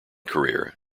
career